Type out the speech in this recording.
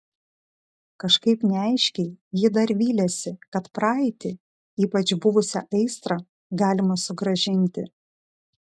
kažkaip neaiškiai ji dar vylėsi kad praeitį ypač buvusią aistrą galima sugrąžinti